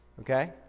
okay